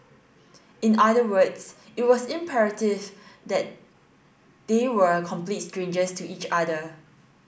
in other words it was imperative that they were complete strangers to each other